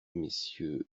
mmonsieur